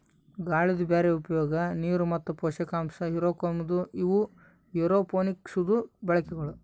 ಗಾಳಿದು ಬ್ಯಾರೆ ಉಪಯೋಗ, ನೀರು ಮತ್ತ ಪೋಷಕಾಂಶ ಹಿರುಕೋಮದು ಇವು ಏರೋಪೋನಿಕ್ಸದು ಬಳಕೆಗಳು